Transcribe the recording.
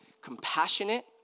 Compassionate